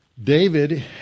David